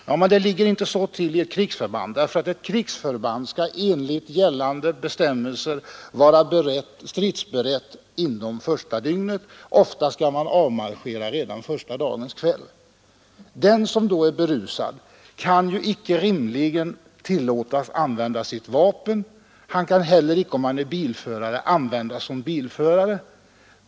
Det ligger emellertid inte så till i ett krigsförband, därför att ett krigsförband skall enligt gällande bestämmelser vara stridsberett inom första dygnet; ofta skall man avmarschera redan första dagens kväll. Den som då är berusad kan ju icke rimligen tillåtas att använda sitt vapen. Han kan heller icke, om han är bilförare, användas som sådan.